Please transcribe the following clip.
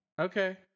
Okay